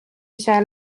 ise